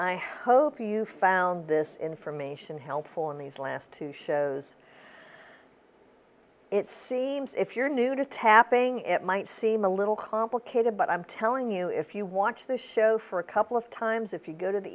i hope you found this information helpful in these last two shows it seems if you're new to tapping it might seem a little complicated but i'm telling you if you watch the show for a couple of times if you go to the